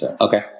Okay